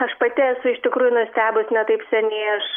aš pati esu iš tikrųjų nustebus ne taip seniai aš